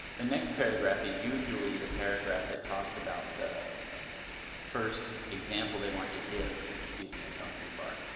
the next paragraph is usually the paragraph that talks about the first example they want to give. excuse me, i've gone too far.